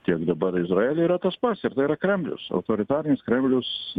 tiek dabar izraely yra tas pats ir tai yra kremlius autoritarinis kremlius